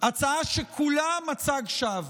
הצעה שכולה מצג שווא.